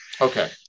okay